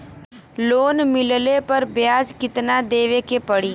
Loan मिलले पर ब्याज कितनादेवे के पड़ी?